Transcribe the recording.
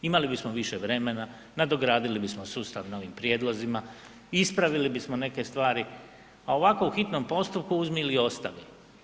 Imali bismo više vremena, nadogradili bismo sustav novim prijedlozima, ispravili bismo neke stvari, a ovako u hitnom postupku uzmi ili ostavi.